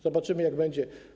Zobaczymy, jak będzie.